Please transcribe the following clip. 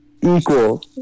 Equal